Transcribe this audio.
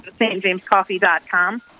stjamescoffee.com